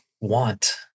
want